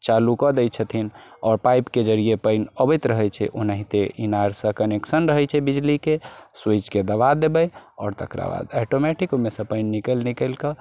चालू कऽ दै छथिन और पाइपके जड़िये पानि अबैत रहैत छै ओनाहिते इनारसँ कनेक्शन रहैत छै बिजलीके स्विचके दबा देबै आओर तकरा बाद एटोमैटिक ओहिमेसँ पानि निकालि निकालि कऽ